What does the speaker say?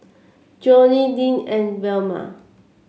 Johnnie Lynne and Velma